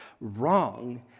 wrong